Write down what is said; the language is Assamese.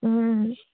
ও